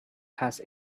has